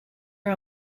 are